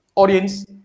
audience